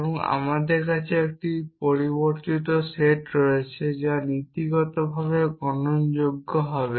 এবং আমাদের কাছে একটি পরিবর্তিত সেট রয়েছে যা নীতিগতভাবে গণনাযোগ্য হবে